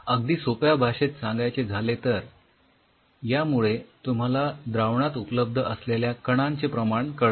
अगदी सोप्या भाषेत सांगायचे झाले तर यामुळे तुम्हाला द्रावणात उपलब्ध असलेल्या कणांचे प्रमाण कळते